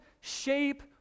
shape